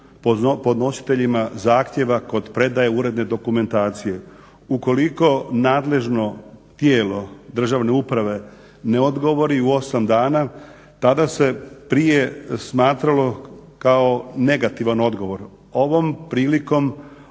podnositeljima zahtjeva kod predaje uredne dokumentacije. Ukoliko nadležno tijelo državne uprave ne odgovori u 8 dana tada se prije smatralo kao negativan odgovor. Ovom prilikom